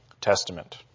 Testament